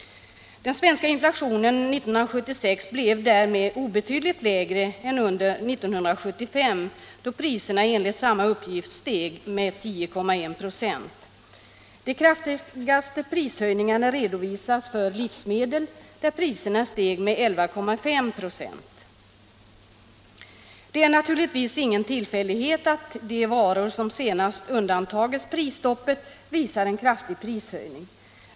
Den svenska inflationen 1976 blev därmed obetydligt lägre än under 1975, då priserna enligt samma uppgift steg med 10,1 26. De kraftigaste prisökningarna redovisas för livsmedel där priserna steg med 11,5 96. Det är naturligtvis ingen tillfällighet att de varor som senast undantagits prisstoppet visar en kraftig prishöjning.